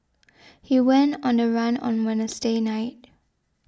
he went on the run on Wednesday night